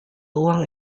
uang